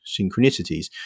synchronicities